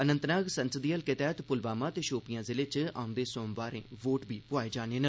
अनंतनाग संसदी हलके तैह्त पुलवामा ते शोपियां जिलें च औंदे सोमवारें वोट बी पुआए जाने न